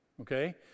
Okay